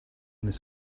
this